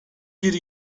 bir